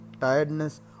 tiredness